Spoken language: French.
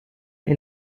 est